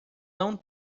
não